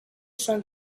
son